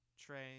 train